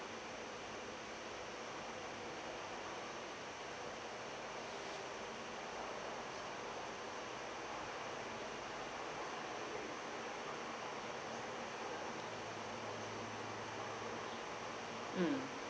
mm